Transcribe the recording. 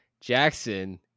Jackson